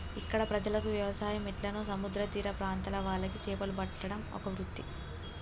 ఇక్కడ ప్రజలకు వ్యవసాయం ఎట్లనో సముద్ర తీర ప్రాంత్రాల వాళ్లకు చేపలు పట్టడం ఒక వృత్తి